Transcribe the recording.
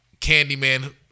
Candyman